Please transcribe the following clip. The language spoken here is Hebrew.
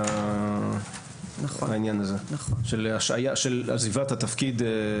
העניין הזה של עזיבת התפקיד,